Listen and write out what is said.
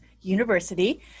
University